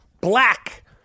black